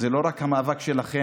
זה לא רק המאבק שלכן,